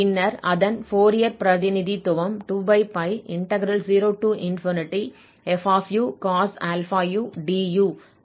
பின்னர் அதன் ஃபோரியர் பிரதிநிதித்துவம் 20fucos αu du பயன்படுத்தி Aα ஐ கணக்கிட வேண்டும்